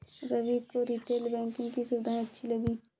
रवि को retail banking की सुविधाएं अच्छी लगी